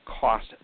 cost